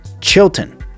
Chilton